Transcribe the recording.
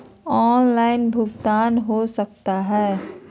Online भुगतान हो सकता है?